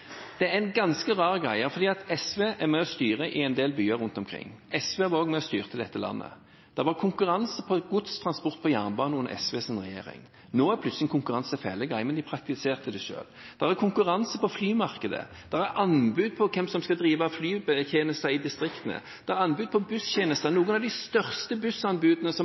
ganske rar greie, for SV er med og styrer i en del byer rundt omkring, og SV har vært med på å styre dette landet. Det var konkurranse på gods, transport og jernbane da SV var i regjering. Nå er plutselig konkurranse fæle greier, men de praktiserte det selv. Det er konkurranse på flymarkedet, det er anbud på hvem som skal drive flytjenester i distriktene, det er anbud på busstjenester – noen av de største bussanbudene som